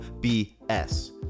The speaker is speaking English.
BS